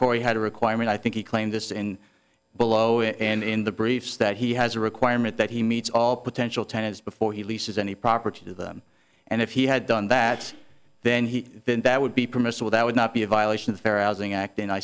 corey had a requirement i think he claimed this in below and in the briefs that he has a requirement that he meets all potential tenants before he leases any property to them and if he had done that then he then that would be permissible that would not be a violation